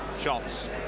shots